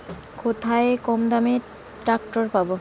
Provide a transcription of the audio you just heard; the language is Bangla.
কোথায় কমদামে ট্রাকটার পাব?